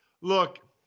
Look